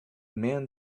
man